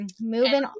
moving